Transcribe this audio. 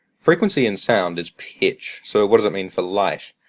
frequency in sound is pitch, so what does it mean for light?